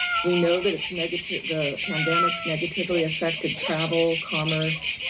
we know that it's negative, the pandemics negatively affected travel, commerce,